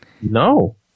No